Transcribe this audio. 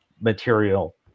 material